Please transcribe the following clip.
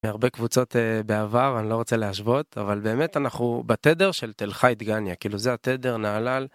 הרבה קבוצות באהבה ואני לא רוצה להשוות אבל באמת אנחנו בתדר של תל חי דגניה כאילו זה התדר נהלל.